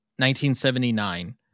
1979